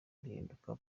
rihinduka